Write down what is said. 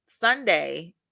Sunday